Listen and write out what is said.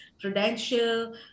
Prudential